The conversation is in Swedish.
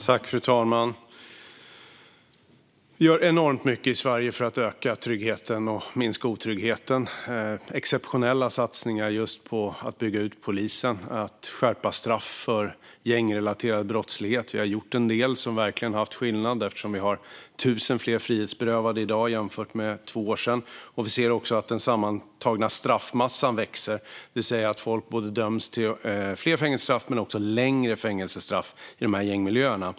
Fru talman! Vi gör enormt mycket i Sverige för att öka tryggheten och minska otryggheten. Det görs exceptionella satsningar på att bygga ut polisen och skärpa straffen för gängrelaterad brottslighet. Vi har gjort en del som verkligen gjort skillnad eftersom vi har 1 000 fler frihetsberövade i dag jämfört med för två år sedan. Vi ser också att den sammantagna straffmassan växer, det vill säga att det utdöms både fler och längre fängelsestraff i gängmiljöerna.